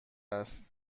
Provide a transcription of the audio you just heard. است